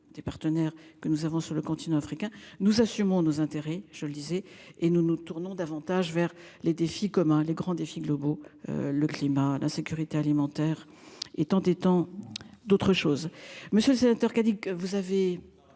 des partenaires que nous avons sur le continent africain. Nous assumons nos intérêts je lisais et nous nous tournons davantage vers les défis communs les grands défis globaux. Le climat d'insécurité alimentaire et tant et tant d'autres choses. Monsieur le sénateur, qui a dit que vous avez.